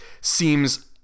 seems